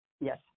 Yes